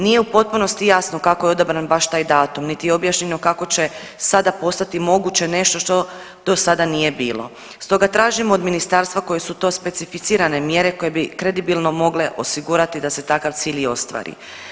Nije u potpunosti jasno kako je odabran baš taj datum niti objašnjeno kako će sada postati moguće nešto što do sada nije bilo, stoga tražimo od Ministarstva koje su to specificirane mjere koje bi kredibilno mogle osigurati da se takav cilj i ostvari.